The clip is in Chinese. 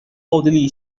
奥地利